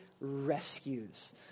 rescues